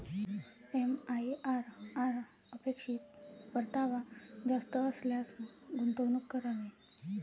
MIRR अपेक्षित परतावा जास्त असल्यास गुंतवणूक करावी